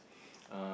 uh